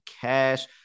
cash